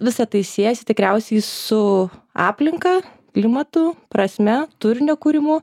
visa tai siejasi tikriausiai su aplinka klimatu prasme turinio kūrimu